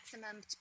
maximum